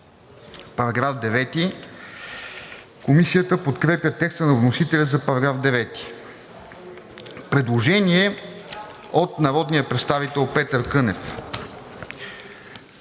за § 8. Комисията подкрепя текста на вносителя за § 9. Предложение от народния представител Петър Кънев: